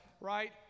right